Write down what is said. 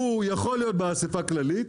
הוא יכול להיות באסיפה הכללית,